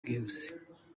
bwihuse